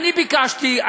אני ביקשתי,